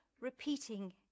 repeating